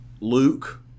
Luke